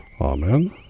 Amen